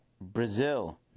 Brazil